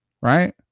right